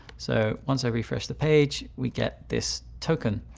so once i refresh the page, we get this token.